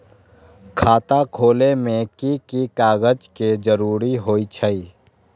खाता खोले में कि की कागज के जरूरी होई छइ?